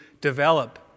develop